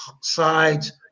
sides